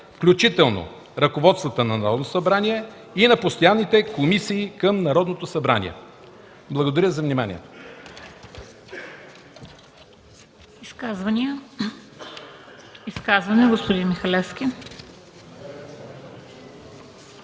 включително ръководството на Народното събрание и на постоянните комисии към Народното събрание.” Благодаря за вниманието.